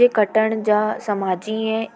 जे कटण जा समाजीअं